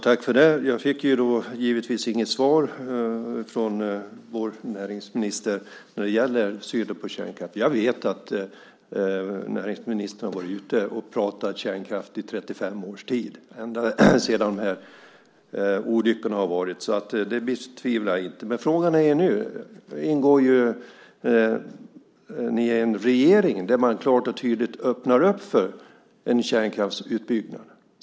Herr talman! Jag fick givetvis inget svar från vår näringsminister när det gäller synen på kärnkraft. Jag vet att näringsministern har varit ute och pratat om kärnkraft i 35 års tid, ända sedan de här olyckorna. Det betvivlar jag alltså inte. Men nu ingår ni ju i en regering där man klart och tydligt öppnar upp för en kärnkraftsutbyggnad.